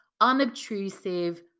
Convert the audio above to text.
unobtrusive